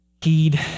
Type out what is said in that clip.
heed